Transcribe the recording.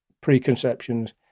preconceptions